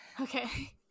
okay